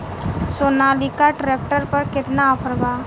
Sonalika tractor पर केतना offer बा?